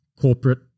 corporate